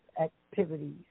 activities